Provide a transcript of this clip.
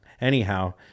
Anyhow